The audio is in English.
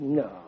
no